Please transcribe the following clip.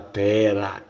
terra